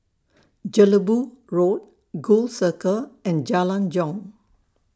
Jelebu Road Gul Circle and Jalan Jong